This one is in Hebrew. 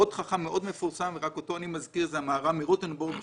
עוד חכם מפורסם שאזכיר הוא המהר"ם מרוטנבורג,